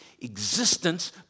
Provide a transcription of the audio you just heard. existence